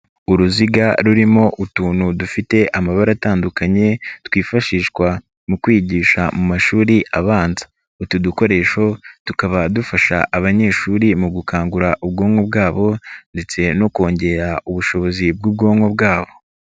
Uruziga rurimo utuntu dufite amabara atandukanye, twifashishwa mu kwigisha mu mashuri abanza, utu dukoresho, tukaba dufasha abanyeshuri mu gukangura ubwonko bwabo ndetse no kongera ubushobozi bw'ubwonko bwabo.